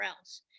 else